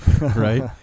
right